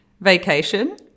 vacation